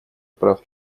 прав